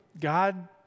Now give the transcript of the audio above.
God